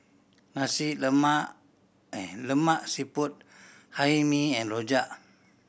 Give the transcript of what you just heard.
Nasi Lemak Lemak Siput Hae Mee and rojak